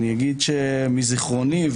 מזיכרוני,